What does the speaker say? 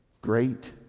great